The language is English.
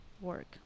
work